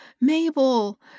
Mabel